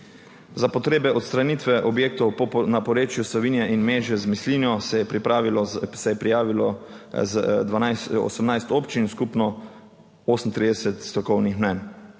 Za potrebe odstranitve objektov na porečju Savinje in Meže z Mislinjo se je prijavilo 18 občin skupno 38 strokovnih mnenj,